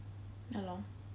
ya lor